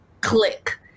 click